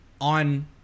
On